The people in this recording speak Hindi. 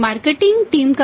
मार्केटिंग टीम पर है